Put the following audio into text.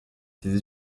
ses